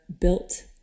built